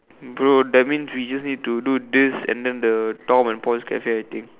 bro that means you just need to do this and the Tom's and Paul's Cafe I think